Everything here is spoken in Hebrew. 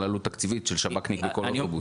עלות תקציבית של שב"כניק בכל אוטובוס.